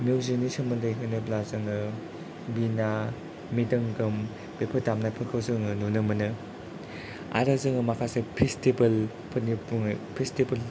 music नि सोमोन्दै होनोब्ला जोङो बिना म्रिदंगम बेफोर दामनायफोरखौ जोङो नुनो मोनो आरो जोङो माखासे फेस्टिभेल फोरनि बुङो फेस्टिभेल